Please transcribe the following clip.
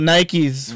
Nikes